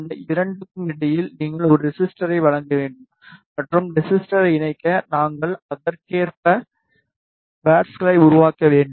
இந்த 2 க்கு இடையில் நீங்கள் ஒரு ரெசிஸ்டரை வழங்க வேண்டும் மற்றும் ரெசிஸ்டரை இணைக்க நாங்கள் அதற்கேற்ப பேட்ஸ்கள் வழங்க வேண்டும்